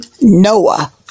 Noah